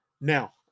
now